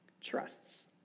trusts